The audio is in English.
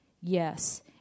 Yes